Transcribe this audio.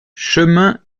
chemin